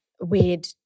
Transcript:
weird